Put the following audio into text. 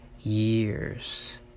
years